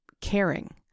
caring